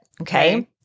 Okay